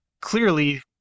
clearly